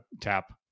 tap